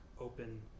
open